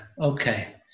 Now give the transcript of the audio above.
okay